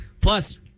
Plus